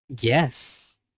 Yes